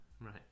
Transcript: Right